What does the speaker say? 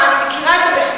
תשמע, אני מכירה את המכינות.